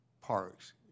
parks